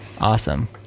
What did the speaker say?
Awesome